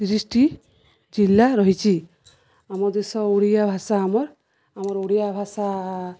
ତିରିଶଟି ଜିଲ୍ଲା ରହିଛି ଆମ ଦେଶ ଓଡ଼ିଆ ଭାଷା ଆମର୍ ଆମର୍ ଓଡ଼ିଆ ଭାଷା